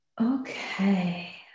Okay